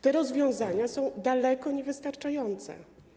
Te rozwiązania są daleko niewystarczające.